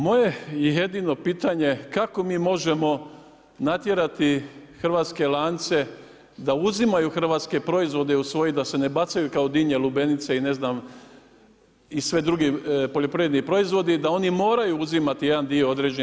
Moje jedino pitanje kako mi možemo natjerati hrvatske lance da uzimaju hrvatske proizvode u svoje da se ne bacaju kao dinje, lubenice i ne znam i svi drugi poljoprivredni proizvodi da oni moraju uzimati jedan dio određeni.